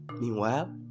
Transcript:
Meanwhile